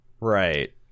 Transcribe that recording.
right